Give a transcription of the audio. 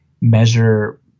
measure